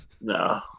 No